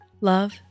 love